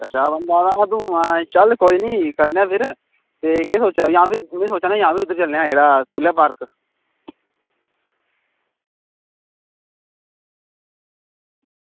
ते चंगा तूं यरो चल कोई गल्ल निं चलने आं फिर केह् सोचेआ भी जां भई में सोचा ना जन्ने आं सूला पार्क